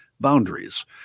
boundaries